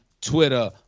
Twitter